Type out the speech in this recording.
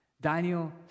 Daniel